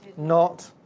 not.